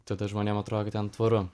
tada žmonėm atrodo kad ten tvaru